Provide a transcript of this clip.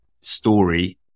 story